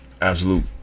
absolute